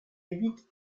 habite